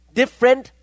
different